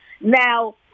Now